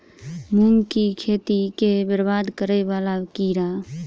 मूंग की खेती केँ बरबाद करे वला कीड़ा?